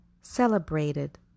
celebrated